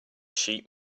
sheet